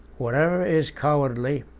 whatever is cowardly,